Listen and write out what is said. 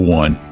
one